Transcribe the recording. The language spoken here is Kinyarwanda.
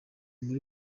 muri